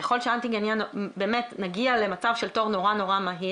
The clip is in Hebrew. ככל שנגיע למצב של תור נורא מהיר,